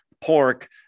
pork